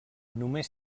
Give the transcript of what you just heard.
només